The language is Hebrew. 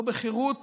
לא בחירות